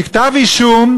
כי כתב-אישום,